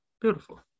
beautiful